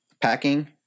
packing